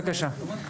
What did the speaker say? בבקשה.